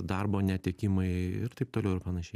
darbo netekimai ir taip toliau ir panašiai